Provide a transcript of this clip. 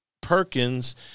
Perkins